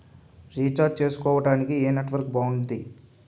Recharge చేసుకోవటానికి ఏం network బాగుంది?